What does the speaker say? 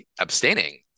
abstaining